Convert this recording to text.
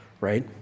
right